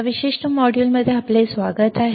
या विशिष्ट मॉड्यूलमध्ये आपले स्वागत आहे